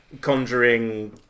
conjuring